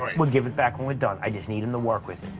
we'll give it back when we're done. i just need him to work with it.